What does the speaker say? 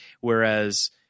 whereas